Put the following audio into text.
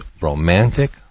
romantic